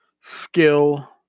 skill